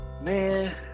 Man